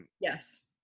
Yes